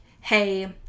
hey